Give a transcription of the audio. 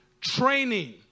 training